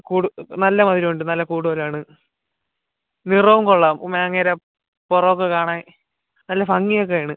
കൂടു നല്ല മധുരമുണ്ട് നല്ല കൂടുതലാണ് നിറവും കൊള്ളാം മാങ്ങയുടെ പുറമൊക്കെ കാണാൻ നല്ല ഭംഗി ഒക്കെയാണ്